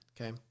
okay